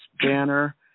banner